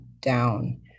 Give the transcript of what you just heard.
down